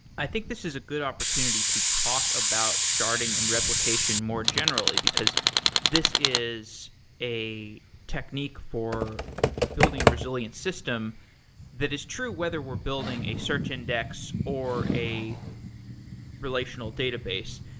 i think this is a good opportunity to talk about sharding and replication more generally, because this is a technique for building a resilient system that is true whether we're building a search index or a relational database.